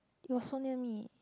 it was so near me